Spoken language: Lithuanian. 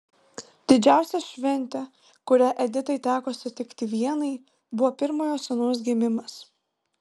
didžiausia šventė kurią editai teko sutikti vienai buvo pirmojo sūnaus gimimas